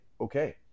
Okay